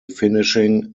finishing